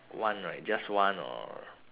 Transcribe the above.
one right just one or